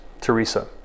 Teresa